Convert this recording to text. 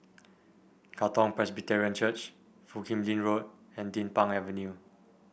Katong Presbyterian Church Foo Kim Lin Road and Din Pang Avenue